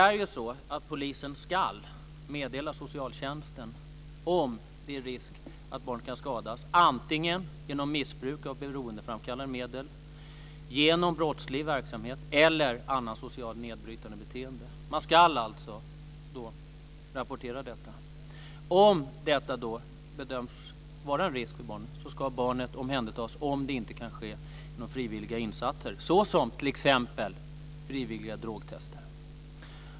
Polisen ska meddela socialtjänsten om det finns risk att barn kan skadas antingen genom missbruk av beroendeframkallande medel, genom brottslig verksamhet eller annat socialt nedbrytande beteende. Man ska alltså rapportera detta. Om det bedöms finnas en risk för barnet så ska barnet omhändertas om det inte kan ske genom frivilliga insatser, såsom t.ex. frivilliga drogtester.